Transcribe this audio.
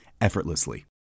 effortlessly